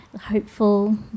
hopeful